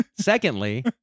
Secondly